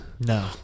No